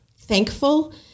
thankful